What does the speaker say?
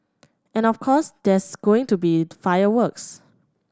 and of course there's going to be fireworks